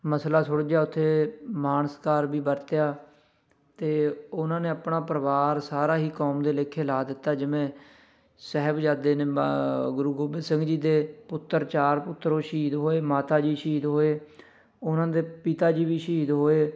ਮਸਲਾ ਸੁਲਝਿਆ ਉੱਥੇ ਮਾਣ ਸਤਿਕਾਰ ਵੀ ਵਰਤਿਆ ਅਤੇ ਉਹਨਾਂ ਨੇ ਆਪਣਾ ਪਰਿਵਾਰ ਸਾਰਾ ਹੀ ਕੌਮ ਦੇ ਲੇਖੇ ਲਾ ਦਿੱਤਾ ਜਿਵੇਂ ਸਾਹਿਬਜ਼ਾਦੇ ਨੇ ਮ ਗੁਰੂ ਗੋਬਿੰਦ ਸਿੰਘ ਜੀ ਦੇ ਪੁੱਤਰ ਚਾਰ ਪੁੱਤਰ ਉਹ ਸ਼ਹੀਦ ਹੋਏ ਮਾਤਾ ਜੀ ਸ਼ਹੀਦ ਹੋਏ ਉਨ੍ਹਾਂ ਦੇ ਪਿਤਾ ਜੀ ਵੀ ਸ਼ਹੀਦ ਹੋਏ